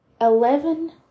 Eleven